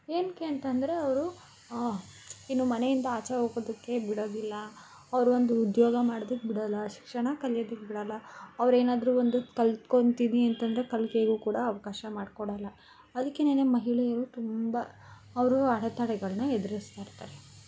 ಏನಕ್ಕೆ ಅಂತಂದರೆ ಅವರು ಇನ್ನು ಮನೆಯಿಂದ ಆಚೆ ಹೋಗೋದಕ್ಕೆ ಬಿಡೋದಿಲ್ಲ ಅವರು ಒಂದು ಉದ್ಯೋಗ ಮಾಡೋದಿಕ್ಕೆ ಬಿಡಲ್ಲ ಶಿಕ್ಷಣ ಕಲಿಯೋದಿಕ್ಕೆ ಬಿಡಲ್ಲ ಅವರೇನಾದ್ರು ಒಂದು ಕಲ್ತ್ಕೊತೀವಿ ಅಂತಂದರೆ ಕಲಿಕೆಗೂ ಕೂಡ ಅವಕಾಶ ಮಾಡ್ಕೊಡಲ್ಲ ಅದಿಕ್ಕೆನೇ ಮಹಿಳೆಯರು ತುಂಬ ಅವರು ಅಡೆತಡೆಗಳನ್ನ ಎದ್ರಿಸ್ತಾ ಇರ್ತಾರೆ